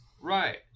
right